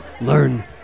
Learn